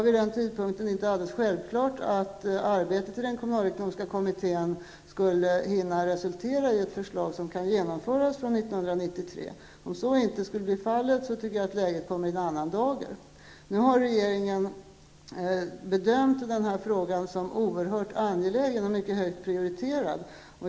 Vid den tidpunkten var det inte alldeles självklart att arbetet i den kommunalekonomiska kommittén skulle hinna resultera i ett förslag som kan genomföras 1993. Om så inte skulle bli fallet tycker jag att det hela kommer i en annan dager. Nu har regeringen bedömt frågan som oerhört angelägen och mycket högt prioriterad.